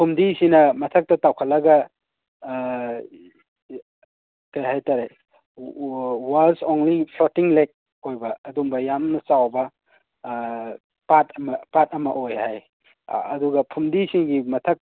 ꯐꯨꯝꯗꯤꯁꯤꯅ ꯃꯊꯛꯇ ꯇꯥꯎꯈꯠꯂꯒ ꯀꯩ ꯍꯥꯏꯇꯥꯔꯦ ꯋꯥꯔꯁ ꯑꯣꯡꯂꯤ ꯐ꯭ꯂꯣꯇꯤꯡ ꯂꯦꯛ ꯑꯣꯏꯕ ꯑꯗꯨꯝꯕ ꯌꯥꯝꯅ ꯆꯥꯎꯕ ꯄꯥꯠ ꯑꯃ ꯄꯥꯠ ꯑꯃ ꯑꯣꯏ ꯍꯥꯏꯌꯦ ꯑꯗꯨꯒ ꯐꯨꯝꯗꯤꯁꯤꯡꯒꯤ ꯃꯊꯛ